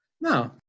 No